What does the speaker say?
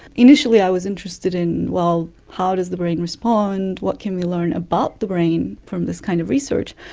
initially i was interested in, well, how does the brain respond, what can we learn about the brain from this kind of research?